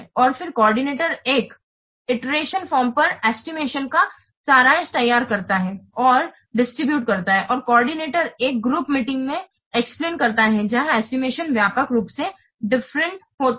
और कोऑर्डिनेटर एक िटेरटीओं फॉर्म पर एस्टिमेशन का सारांश तैयार करता है और डिस्ट्रीब्यूट करता है और कोऑर्डिनेटर एकग्रुप मीटिंग में एक्सप्लेन करता है जहां एस्टिमेशन व्यापक रूप से डिफरेंट होता है